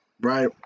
right